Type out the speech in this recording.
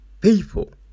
people